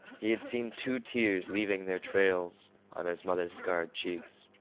he had seen two tears leaving their trails on his mother's scarred cheeks.